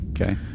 okay